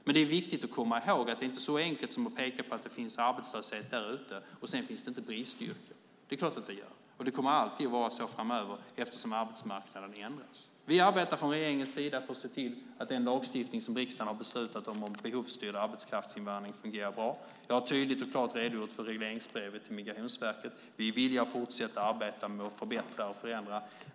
Men det är viktigt att komma ihåg att det inte är så enkelt som att peka på att det finns arbetslöshet därute och att det sedan inte finns bristyrken. Det är klart att det gör det, och det kommer alltid att vara så framöver, eftersom arbetsmarknaden ändras. Från regeringens sida arbetar vi för att se till att den lagstiftning som riksdagen har beslutat om när det gäller behovsstyrd arbetskraftsinvandring fungerar bra. Jag har tydligt och klart redogjort för regleringsbrevet till Migrationsverket. Vi är villiga att fortsätta att arbeta med att förbättra och förändra.